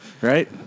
Right